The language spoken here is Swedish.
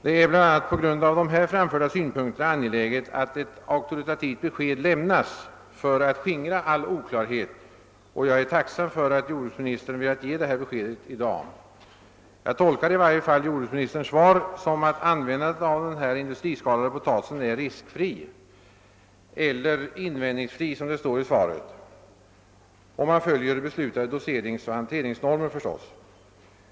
Det är bl.a. på grund av de här framförda synpunkterna angeläget att ett auktoritativt besked lämnas för att skingra all oklarhet, och jag är tacksam för att jordbruksministern har velat ge ett sådant besked i dag. Jag tolkar i alla fall jordbruksministerns svar som att sulfitbehandlingen av industriskalad potatis är riskfri — eller invändningsfri som det står i svaret — om man följer beslutade doseringsoch hanteringsnormer.